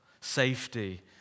safety